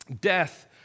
death